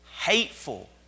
hateful